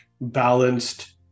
balanced